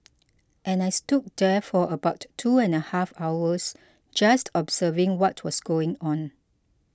and I stood there for about two and a half hours just observing what was going on